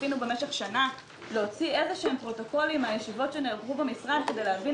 ניסינו במשך שנה להוציא פרוטוקולים מהישיבות במשרד כדי להבין